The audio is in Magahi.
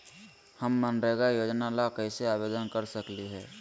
हम मनरेगा योजना ला कैसे आवेदन कर सकली हई?